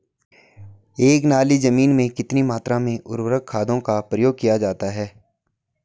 एक नाली जमीन में कितनी मात्रा में उर्वरक खादों का प्रयोग किया जाता है?